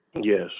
Yes